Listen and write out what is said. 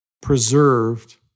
preserved